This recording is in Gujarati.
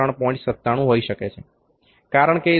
97 હોઈ શકે છે